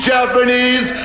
Japanese